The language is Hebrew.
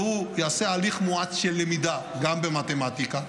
והוא יעשה הליך מואץ של למידה גם במתמטיקה,